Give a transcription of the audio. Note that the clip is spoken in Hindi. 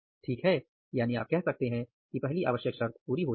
ठीक है यानी आप कह सकते हैं कि पहली आवश्यक शर्त पूरी होती है